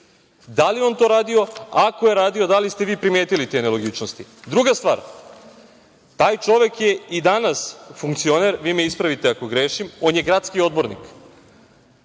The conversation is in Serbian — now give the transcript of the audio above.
Da li je on to radio? Ako je to radio, da li ste vi primetili te nelogičnosti? Druga stvar, taj čovek je i danas funkcioner, vi me ispravite ako grešim, on je gradski odbornik.